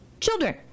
children